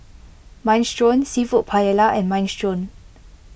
Minestrone Seafood Paella and Minestrone